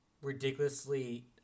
ridiculously